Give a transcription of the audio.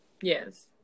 Yes